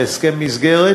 והסכם מסגרת